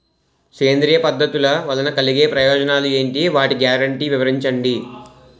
సేంద్రీయ పద్ధతుల వలన కలిగే ప్రయోజనాలు ఎంటి? వాటి గ్యారంటీ వివరించండి?